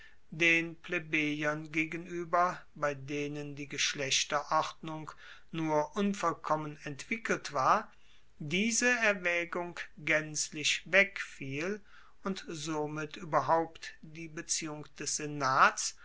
den plebejern gegenueber bei denen die geschlechterordnung nur unvollkommen entwickelt war diese erwaegung gaenzlich wegfiel und somit ueberhaupt die beziehung des senats